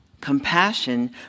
Compassion